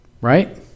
right